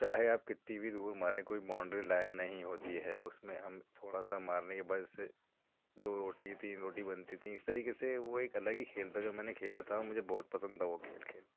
چاہے آپ کتنی بھی دور ماریں کوئی بانڈری لائن نہیں ہوتی ہے اُس میں ہم تھوڑا سا مارنے کے بس دو روٹی تین روٹی بنتی تھیں اِس طریقے سے وہ الگ ہی کھیل تھا جو میں نے جب کھیلا تھا مجھے بہت پسند تھا وہ کھیل کھیلنا